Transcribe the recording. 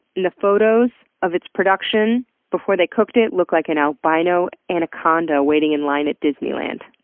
the photos of its production before they cooked it look like an albino anaconda waiting in line at disneyland.